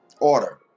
Order